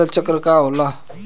फसल चक्र का होला?